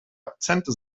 akzente